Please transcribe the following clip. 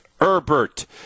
Herbert